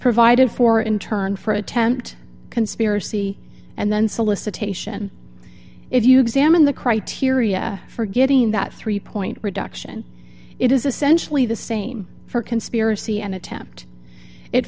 provided for in turn for attempt conspiracy and then solicitation if you examine the criteria for getting that three point reduction it is essentially the same for conspiracy an attempt it